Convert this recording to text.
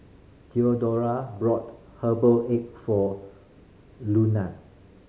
Theodora bought herbal egg for Lunan